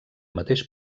mateix